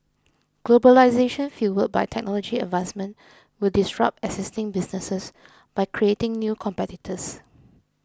globalisation fuelled by technology advancement will disrupt existing businesses by creating new competitors